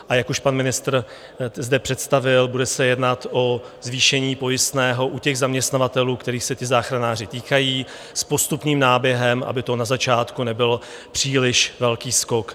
A jak už pan ministr zde představil, bude se jednat o zvýšení pojistného u těch zaměstnavatelů, kterých se ti záchranáři týkají, s postupným náběhem, aby to na začátku nebylo příliš velký skok.